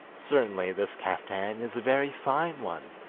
certainly this kaftan is a very fine one,